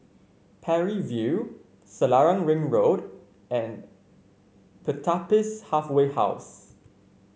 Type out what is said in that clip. Parry View Selarang Ring Road and Pertapis Halfway House